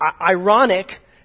Ironic